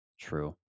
true